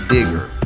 Digger